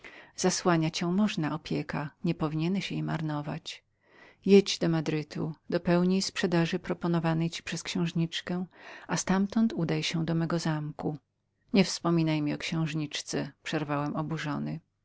zasłania cię można opieka nie powinieneś jej marnować jedź do madrytu dopełnij sprzedaży ofiarowanej ci przez księżniczkę i ztamtąd udaj się do mego zamku nie wspominaj mi o księżniczce przerwałem oburzony